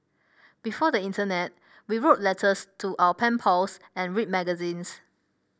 before the internet we wrote letters to our pen pals and read magazines